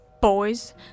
boys